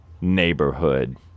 neighborhood